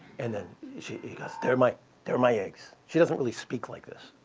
and then she goes, they're my they're my eggs. she doesn't really speak like this.